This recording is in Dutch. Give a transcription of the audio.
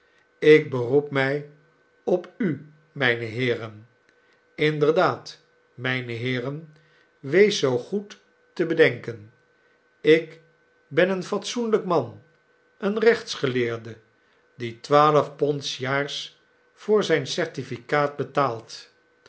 ik beroep mij op u mijne heeren inderdaad myne heeren weest zoo goed te bedenken ik ben een fatsoenlijk man een rechtsgeleerde die twaalf pond sjaars voor zijn certificaat betaalt